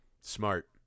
smart